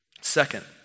Second